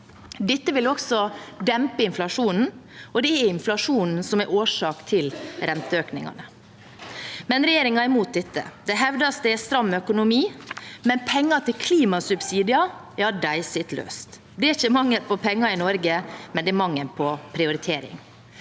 Dette vil også dempe inflasjonen. Det er inflasjonen som er årsak til renteøkningene. Men regjeringen er imot dette. Det hevdes at det er stram økonomi, men pengene til klimasubsidier sitter løst. Det er ikke mangel på penger i Norge, men det er mangel på prioritering.